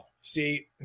see